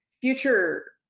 Future